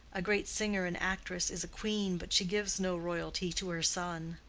a great singer and actress is a queen, but she gives no royalty to her son.